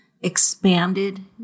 expanded